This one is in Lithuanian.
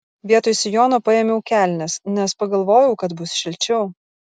vietoj sijono paėmiau kelnes nes pagalvojau kad bus šilčiau